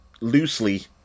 loosely